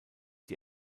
die